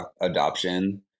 adoption